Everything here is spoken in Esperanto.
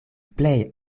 plej